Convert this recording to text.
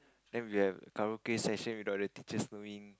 then we will have karaoke session without the teachers knowing